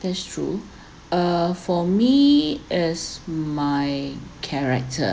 that's true uh for me is my character